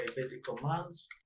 basic commands.